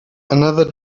another